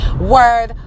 Word